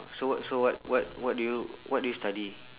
so what so what what what do you what do you study